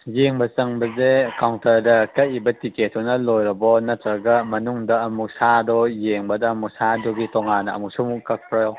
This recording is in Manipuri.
ꯌꯦꯡꯕ ꯆꯪꯕꯁꯦ ꯀꯥꯎꯟꯇꯔꯗ ꯀꯛꯂꯤꯕ ꯇꯤꯀꯦꯠꯇꯨꯅ ꯂꯣꯏꯔꯕꯣ ꯅꯠꯇ꯭ꯔꯒ ꯃꯅꯨꯡꯗ ꯑꯃꯨꯛ ꯁꯥꯗꯣ ꯌꯦꯡꯕꯗ ꯑꯃꯨꯛ ꯁꯥꯗꯨꯒꯤ ꯇꯣꯉꯥꯟꯅ ꯑꯃꯨꯛꯁꯨ ꯑꯃꯨꯛ ꯀꯛꯄ꯭ꯔꯣ